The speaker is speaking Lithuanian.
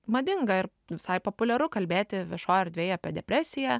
madinga ir visai populiaru kalbėti viešojoj erdvėj apie depresiją